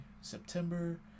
September